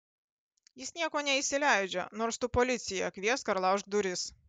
jis nieko neįsileidžia nors tu policiją kviesk ar laužk duris